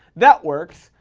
that works.